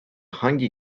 hangi